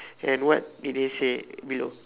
and what did they say below